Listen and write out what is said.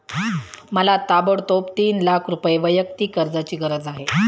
मला ताबडतोब तीन लाख रुपये वैयक्तिक कर्जाची गरज आहे